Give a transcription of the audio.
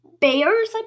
Bears